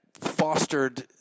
fostered